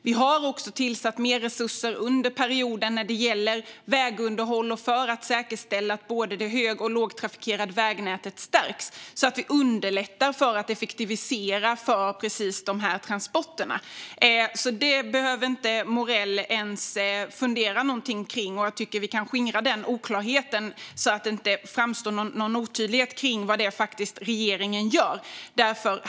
Vi har också tillfört mer resurser under perioden när det gäller vägunderhåll för att säkerställa att både det högtrafikerade och det lågtrafikerade vägnätet stärks, så att vi underlättar att effektivisera för dessa transporter. Detta behöver alltså Morell inte ens fundera något kring. Jag tycker att vi kan skingra den oklarheten, så att det inte blir någon otydlighet om vad regeringen faktiskt gör.